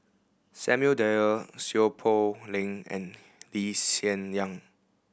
Samuel Dyer Seow Poh Leng and Lee Hsien Yang